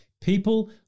People